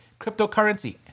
cryptocurrency